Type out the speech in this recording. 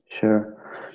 sure